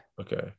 okay